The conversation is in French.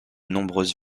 nombreuses